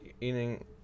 eating